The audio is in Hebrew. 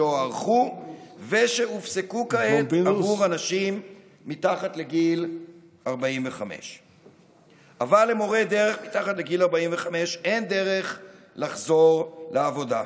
שהוארכו ושהופסקו כעת עבור אנשים מתחת לגיל 45. אבל למורה דרך מתחת לגיל 45 אין דרך לחזור לעבודה,